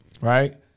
right